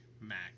Mac